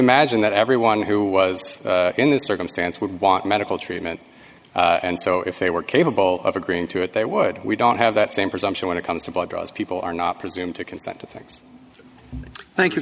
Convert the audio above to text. imagine that everyone who was in this circumstance would want medical treatment and so if they were capable of agreeing to it they would we don't have that same presumption when it comes to blood draws people are not presume to consent to things thank you